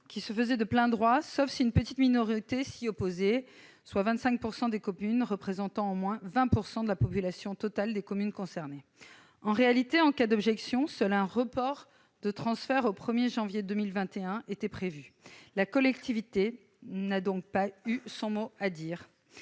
soit le transfert de plein droit, sauf si une petite minorité s'y opposait- 25 % des communes représentant au moins 20 % de la population totale des communes concernées. En réalité, en cas d'objection, seul un report de transfert au 1 janvier 2021 était prévu. La collectivité n'a donc pas eu son mot à dire.